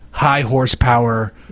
high-horsepower